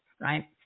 right